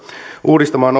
uudistamaan